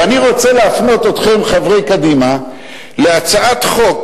ואני רוצה להפנות אתכם, חברי קדימה, להצעת חוק